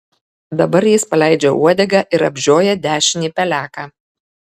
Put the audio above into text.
dabar jis paleidžia uodegą ir apžioja dešinį peleką